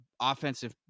offensive